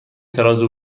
ترازو